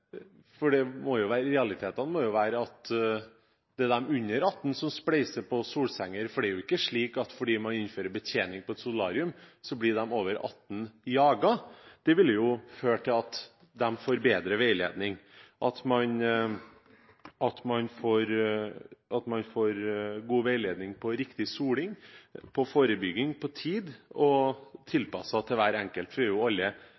må jo være at det er de under 18 som spleiser på solsenger. Det er jo ikke slik at fordi man innfører betjening på solarium, blir de over 18 jaget. Det vil føre til at de får bedre veiledning, at man får god veiledning på riktig soling, på forebygging og på tid tilpasset hver enkelt, for vi er alle veldig forskjellige. Det arbeidet vi har gjort i komiteen nå og